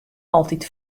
altyd